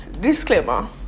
disclaimer